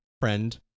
friend